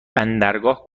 بندرگاه